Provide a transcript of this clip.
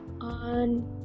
on